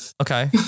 Okay